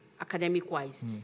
academic-wise